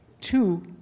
Two